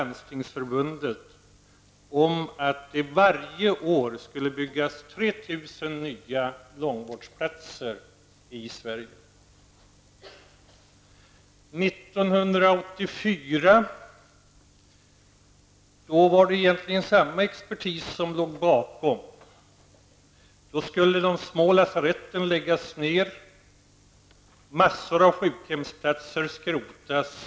1979 1984 var det samma expertis som låg bakom förslaget att de små lasaretten skulle läggas ner och massor av sjukhemsplatser skrotas.